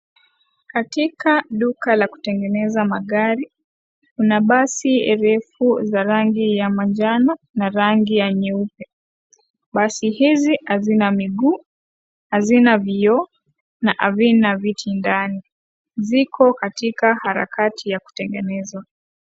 Katika duka la kutengeneza magari. Kuna basi refu za rangi ya manjano na rangi ya nyeupe. Basi hizi hazina miguu, hazina vioo na havina viti ndani. Ziko katika harakati ya kutengeneza.